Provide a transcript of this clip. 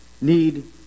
need